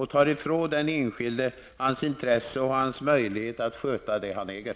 Man tar ifrån den enskilde hans intresse och hans möjlighet att sköta det som han äger.